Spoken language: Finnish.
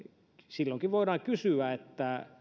silloinkin voidaan kysyä